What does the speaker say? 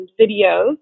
videos